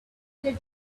that